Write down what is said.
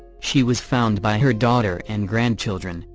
she was found by her daughter and grandchildren,